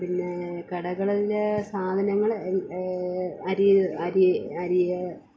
പിന്നെ കടകളിൽ സാധനങ്ങൾ എൽ അരി അരി അരി